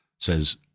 says